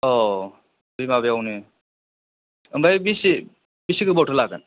अ बे माबायावनो ओमफाय बेसे बेसे गोबावथो लागोन